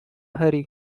hari